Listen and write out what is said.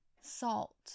salt